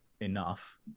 enough